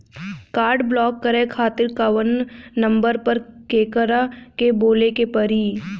Card block करे खातिर कवना नंबर पर केकरा के बोले के परी?